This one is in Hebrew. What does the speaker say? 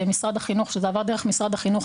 כשזה עבר דרך משרד החינוך,